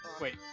Wait